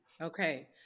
Okay